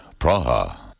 Praha